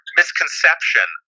misconception